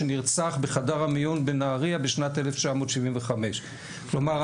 שנרצח בחדר המיון בנהריה בשנת 1975. כלומר,